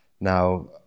Now